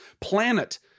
planet